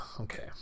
Okay